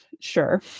Sure